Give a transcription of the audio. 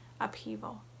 upheaval